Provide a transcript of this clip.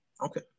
Okay